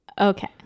Okay